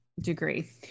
degree